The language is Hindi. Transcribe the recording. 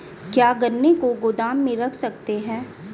क्या गन्ने को गोदाम में रख सकते हैं?